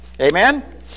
Amen